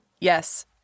yes